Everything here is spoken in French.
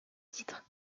titres